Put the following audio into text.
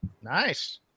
Nice